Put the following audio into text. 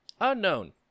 unknown